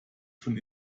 von